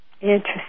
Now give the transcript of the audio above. Interesting